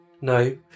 no